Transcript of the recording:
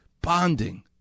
bonding